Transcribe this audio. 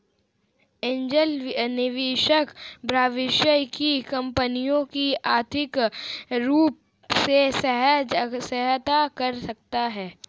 angel निवेशक भविष्य की कंपनियों की आर्थिक रूप से सहायता कर सकते हैं